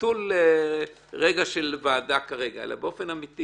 נטול ועדה כרגע, אלא באופן אמיתי